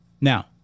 Now